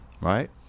right